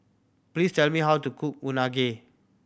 please tell me how to cook Unagi